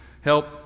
help